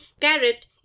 carrot